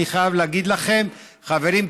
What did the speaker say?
אני חייב להגיד לכם: חברים,